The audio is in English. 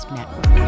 Network